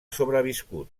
sobreviscut